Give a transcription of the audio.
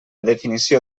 definició